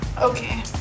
Okay